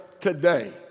today